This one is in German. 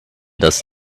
dass